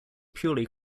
purely